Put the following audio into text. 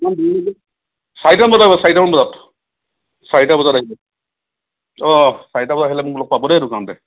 চাৰিটামান বজাত আহিব চাৰিটামান বজাত চাৰিটা বজাত আহিব অঁ চাৰিটা বজাত আহিলে মোক লগ পাব দেই দোকানতে